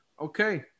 okay